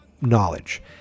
knowledge